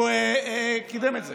הוא קידם את זה.